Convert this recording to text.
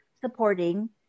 supporting